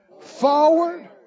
Forward